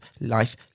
life